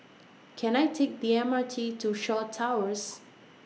Can I Take The M R T to Shaw Towers